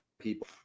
people